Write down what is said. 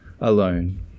alone